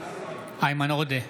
איימן עודה,